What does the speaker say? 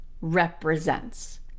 represents